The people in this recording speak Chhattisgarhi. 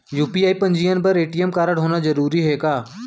यू.पी.आई पंजीयन बर ए.टी.एम कारडहोना जरूरी हे का?